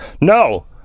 no